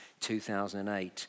2008